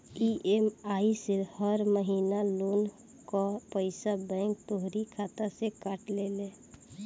EMI से हर महिना लोन कअ पईसा बैंक तोहरी खाता से काट लेले